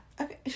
Okay